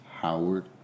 Howard